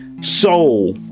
soul